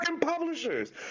Publishers